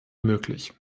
möglich